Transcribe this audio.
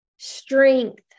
Strength